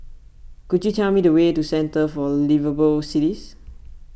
could you tell me the way to Centre for Liveable Cities